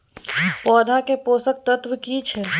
पौधा के पोषक तत्व की छिये?